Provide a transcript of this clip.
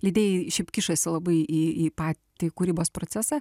leidėjai šiaip kišas labai į į patį kūrybos procesą